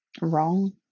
wrong